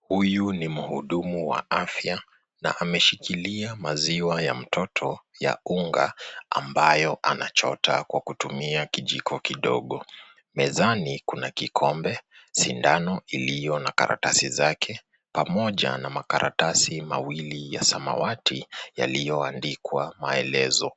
Huyu ni mhudumu wa afya na ameshikilia maziwa ya mtoto ya unga ambayo anachota kwa kutumia kijiko kidogo. Mezani kuna kikombe, sindano iliyo na karatasi zake pamoja na makaratasi mawili ya samawati yalioandikwa maelezo.